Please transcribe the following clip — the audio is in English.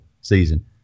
season